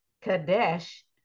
Kadesh